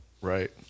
Right